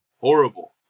horrible